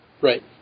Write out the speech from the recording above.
Right